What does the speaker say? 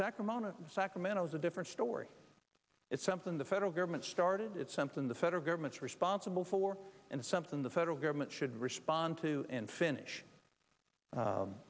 sacramone of sacramento is a different story it's something the federal government started it's something the federal government's responsible for and something the federal government should respond to and finish